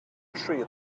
tree